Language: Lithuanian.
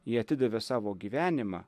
jie atidavė savo gyvenimą